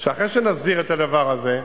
שאחרי שנסדיר את הדבר הזה,